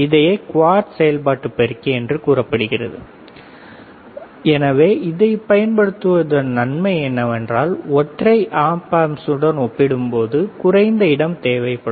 இதையே குவாட் செயல்பாட்டுப் பெருக்கி என்று கூறுகிறோம் எனவே இதைப் பயன்படுத்துவதன் நன்மை என்னவென்றால் ஒற்றை ஒப் ஆம்ப்ஸுடன் ஒப்பிடும்போது குறைந்த இடம் தேவைப்படும்